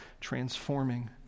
transforming